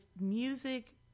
music